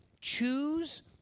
choose